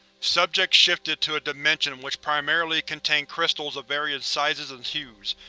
subject shifted to a dimension which primarily contained crystals of varying sizes and hues.